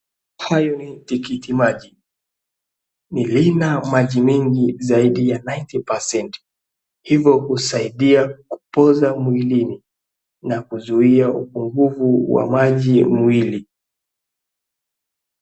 Tikiti maji Lina maji mingi zaidi ya ninety percent hivyo husaidia kupoza mwili na kuzuia upungufu wa maji mwilini.